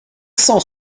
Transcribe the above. cent